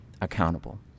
accountable